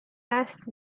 bass